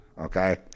okay